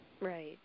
Right